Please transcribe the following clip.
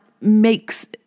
makes